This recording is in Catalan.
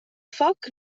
foc